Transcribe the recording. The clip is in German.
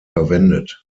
verwendet